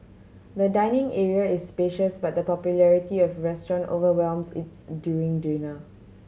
the dining area is spacious but the popularity of restaurant overwhelms its during dinner